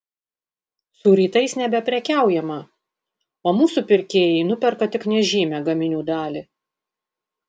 su rytais nebeprekiaujama o mūsų pirkėjai nuperka tik nežymią gaminių dalį